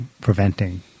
preventing